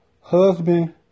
husband